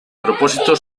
propósito